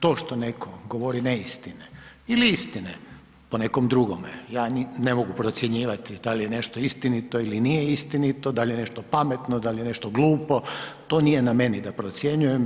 To što netko govori neistine ili istine, po nekom drugome, ja ne mogu procjenjivati da li je nešto istinito ili nije istinito, da li je nešto pametno, da li je nešto glupo, to nije na meni da procjenjujem.